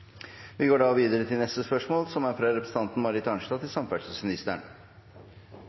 Vi går videre til neste hovedspørsmål. Spørsmålet mitt er til samferdselsministeren.